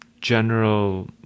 general